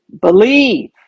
Believe